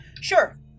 Sure